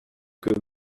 que